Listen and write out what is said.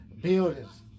buildings